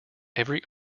every